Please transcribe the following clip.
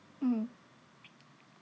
mm